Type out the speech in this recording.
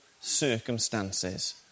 circumstances